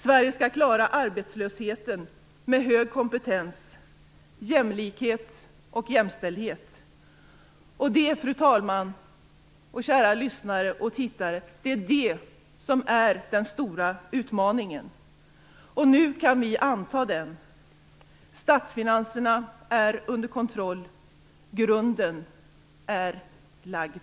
Sverige skall klara arbetslösheten med hög kompetens, jämlikhet och jämställdhet, och, fru talman och kära lyssnare och tittare, det är det som är den stora utmaningen. Nu kan vi anta den. Statsfinanserna är under kontroll. Grunden är lagd.